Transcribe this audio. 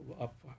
up